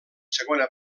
segona